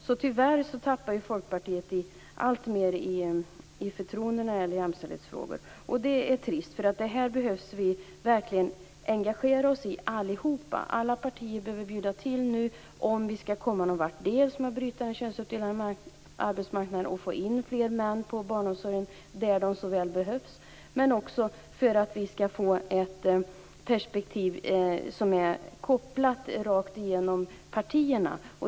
Så tyvärr tappar Folkpartiet alltmer i förtroende när det gäller jämställdhetsfrågor. Det är trist, för detta behöver vi verkligen engagera oss i allihop. Alla partier behöver bjuda till om vi skall komma någon vart med att bryta den könsuppdelade arbetsmarknaden och få in fler män i barnomsorgen där de så väl behövs men också för att vi skall få ett perspektiv som har en koppling rakt igenom partierna.